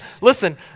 listen